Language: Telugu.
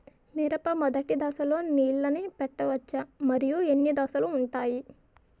మిరప మొదటి దశలో నీళ్ళని పెట్టవచ్చా? మరియు ఎన్ని దశలు ఉంటాయి?